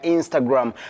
Instagram